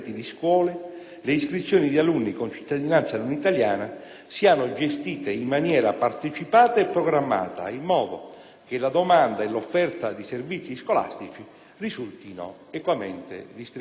le iscrizioni di alunni con cittadinanza non italiana siano gestite in maniera partecipata e programmata, in modo che la domanda e l'offerta di servizi scolastici risultino equamente distribuite.